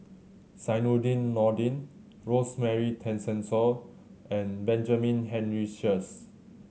Zainudin Nordin Rosemary Tessensohn and Benjamin Henry Sheares